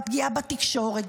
בתקשורת,